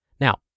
Now